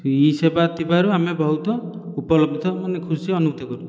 ଇ ସେବା ଥିବାରୁ ଆମେ ବହୁତ ଉପଲବ୍ଧ ମାନେ ଖୁସି ଅନୁଭୂତି କରୁ